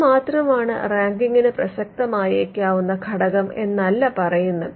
ഇത് മാത്രമാണ് റാങ്കിങ്ങിന് പ്രസക്തമായേക്കാവുന്ന ഘടകം എന്നല്ല പറയുന്നത്